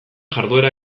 jarduera